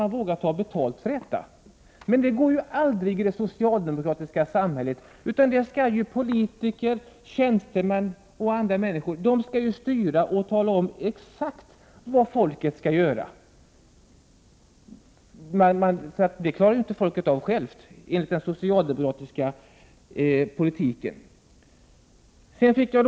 Men det går inte att föreslå något sådant i det socialdemokratiska samhället, utan politiker, tjänstemän och andra människor skall styra och tala om exakt vad folket skall göra, eftersom folket, enligt socialdemokraterna, inte klarar av det själva.